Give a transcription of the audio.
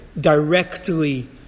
directly